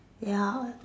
ya